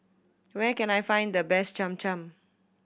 where can I find the best Cham Cham